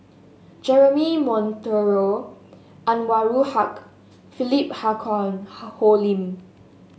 Jeremy Monteiro Anwarul Haque Philip Hoalim